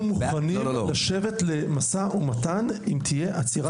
אנחנו מוכנים לשבת למשא ומתן אם תהיה עצירת חקיקה.